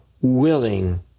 willing